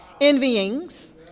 Envyings